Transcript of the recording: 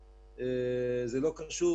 זה לא קשור